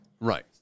Right